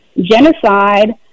genocide